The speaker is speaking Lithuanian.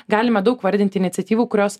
galime daug vardinti iniciatyvų kurios